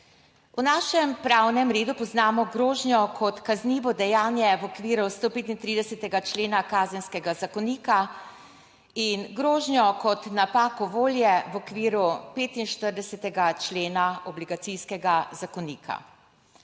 V našem pravnem redu poznamo grožnjo kot kaznivo dejanje v okviru 135. člena Kazenskega zakonika in grožnjo kot napako volje v okviru 45.a člena obligacijskega zakonika.